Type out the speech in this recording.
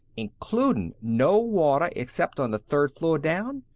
includin' no water except on the third floor down.